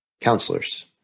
counselors